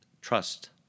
trust